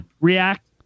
react